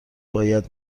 باید